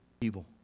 evil